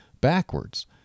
backwards